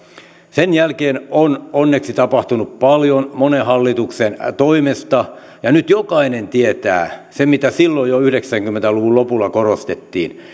sen jälkeen on onneksi tapahtunut paljon monen hallituksen toimesta ja nyt jokainen tietää sen mitä jo silloin yhdeksänkymmentä luvun lopulla korostettiin